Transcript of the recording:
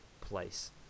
place